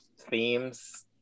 themes